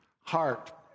heart